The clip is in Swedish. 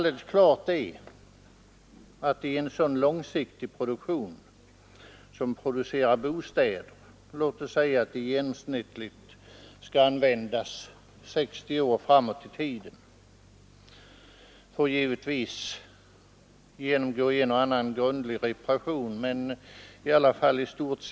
Det gäller här en långsiktig produktion. Låt oss säga att bostäder genomsnittligt skall användas i 60 år. De får givetvis under den tiden genomgå en och annan grundlig reparation.